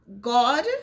God